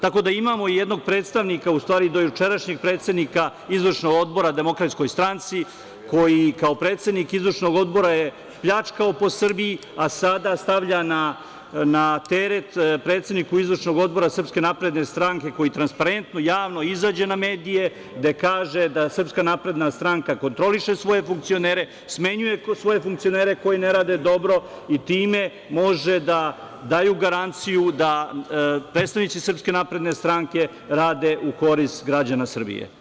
Tako da imamo i jednog predstavnika, u stvari dojučerašnjeg predsednika izvršnog odbora DS, koji kao predsednik izvršnog odbora je pljačkao po Srbiji, a sada stavlja na teret predsedniku izvršnog odbora SNS koji transparentno, javno, izađe na medije, gde kaže da SNS kontroliše svoje funkcionere, smenjuje svoje funkcionere koji ne rade dobro i time može da daju garanciju da predstavnici SNS rade u korist građana Srbije.